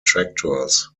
tractors